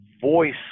voice